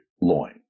loin